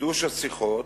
בחידוש השיחות,